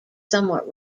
somewhat